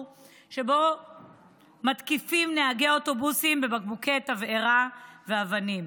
שבו מתקיפים נהגי אוטובוסים בבקבוקי תבערה ואבנים.